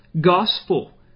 gospel